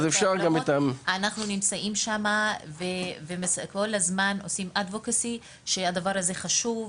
אז אנחנו נמצאים שם וכל הזמן Advocacy לכך שהדבר הזה חשוב.